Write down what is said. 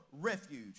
refuge